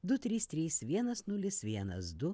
du trys trys vienas nulis vienas du